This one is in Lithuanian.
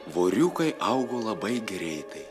voriukai augo labai greitai